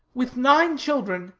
with nine children,